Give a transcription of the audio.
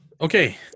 okay